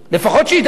לפחות שידייק.